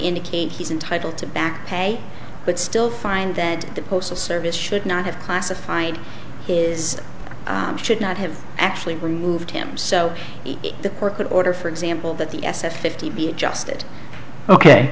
indicate he's entitled to back pay but still find that the postal service should not have classified his should not have actually removed him so the court could order for example that the s s fifty be adjusted ok